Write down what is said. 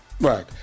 right